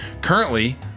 Currently